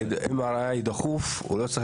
נגיד MRI דחוף הוא לא צריך